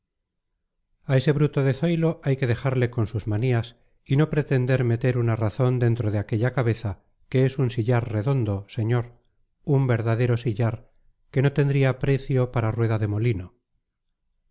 a ese bruto de zoilo hay que dejarle con sus manías y no pretender meter una razón dentro de aquella cabeza que es un sillar redondo señor un verdadero sillar que no tendría precio para rueda de molino